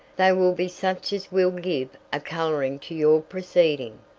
they will be such as will give a coloring to your proceeding,